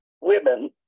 women